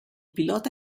pilota